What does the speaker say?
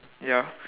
ya